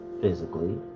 physically